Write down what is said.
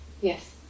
Yes